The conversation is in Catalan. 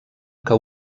que